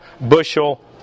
bushel